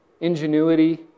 ingenuity